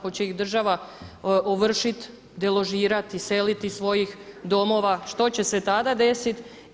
Hoće li ih država ovršit, deložirati, iseliti iz svojih domova, što će se tada desiti?